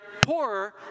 poorer